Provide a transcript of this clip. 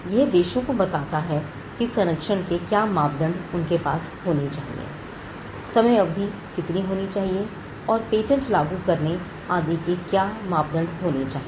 यह देशों को बताता है कि सरंक्षण के क्या मापदंड उनके पास होनी चाहिए समय अवधि कितनी होनी चाहिए और पेटेंट लागू करने आदि के तरीके का क्या मापदंड होना चाहिए